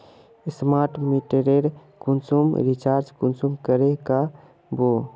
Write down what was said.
Smart मीटरेर कुंसम recharge कुंसम करे का बो?